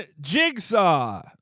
Jigsaw